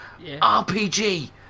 RPG